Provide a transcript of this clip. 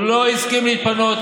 הוא לא הסכים להתפנות,